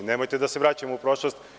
Nemojte da se vratimo u prošlost.